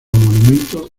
monumentos